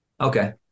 Okay